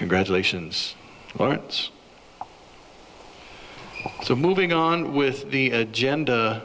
congratulations but it's so moving on with the agenda